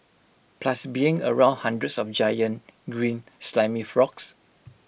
plus being around hundreds of giant green slimy frogs